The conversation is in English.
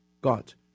got